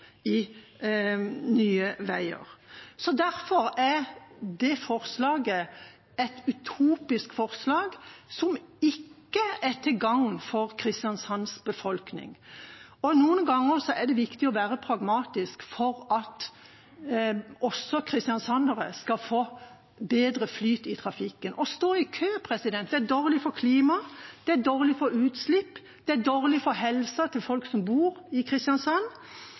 i Nye Veier. Derfor er det forslaget et utopisk forslag som ikke er til gagn for Kristiansands befolkning. Noen ganger er det viktig å være pragmatisk for at også kristiansandere skal få bedre flyt i trafikken. Å stå i kø er dårlig for klimaet, det er dårlig for utslipp, det er dårlig for helsa til folk som bor i Kristiansand,